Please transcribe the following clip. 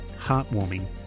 heartwarming